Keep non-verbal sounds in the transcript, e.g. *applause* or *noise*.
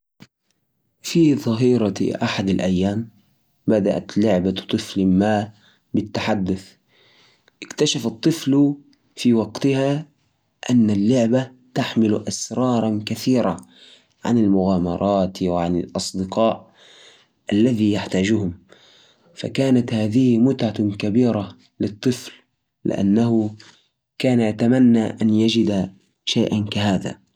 في ظاهرة أحد الأيام، بدأت لعبه الطفل بالتحدث بصوت خافت، نادته بإسمه، وقالت، تعال نلعب لعبة سريه. الطفل كان مصدوم، لكنه قرر يستكشف. جلست اللعبة تحكي له عن عالم مخفي خلف خزانته، مليان مغامرات وأسرع. كل يوم صار الطفل يروح لهذا العالم الجديد، يكتشف أشياء مرة عجيبة. *noise*